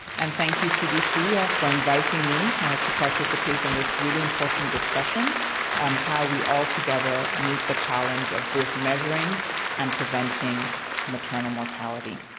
and thank you, cdc, for inviting me to participate in this really important discussion on how we all together meet the challenge of both measuring and preventing maternal mortality.